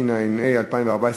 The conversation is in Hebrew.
התשע"ה 2014,